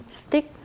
stick